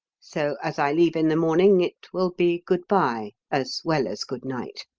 so, as i leave in the morning, it will be good-bye as well as good-night.